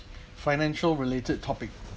financial related topic